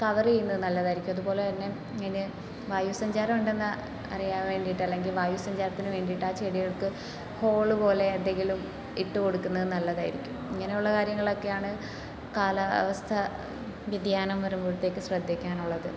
cover ചെയ്യുന്നത് നല്ലതായിരിക്കും അതുപോലെ തന്നെ അതിന് വായുസഞ്ചാരം ഉണ്ടെന്ന് അറിയാൻ വേണ്ടീട്ട് അല്ലെങ്കിൽ വായുസഞ്ചാരത്തിന് വേണ്ടീട്ട് ആ ചെടികൾക്ക് ഹോള് പോലെ എന്തെങ്കിലും ഇട്ട് കൊടുക്കുന്നത് നല്ലതായിരിക്കും ഇങ്ങനെയുള്ള കാര്യങ്ങളൊക്കെയാണ് കാലാവസ്ഥ വ്യതിയാനം വരുമ്പോഴത്തേക്ക് ശ്രദ്ധിക്കാനുള്ളത്